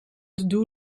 todo